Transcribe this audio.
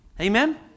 Amen